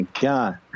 god